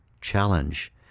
challenge